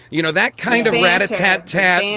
you know, that kind of rat a tat tat.